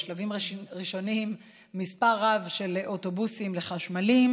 בשלבים ראשונים מספר רב של אוטובוסים לחשמליים.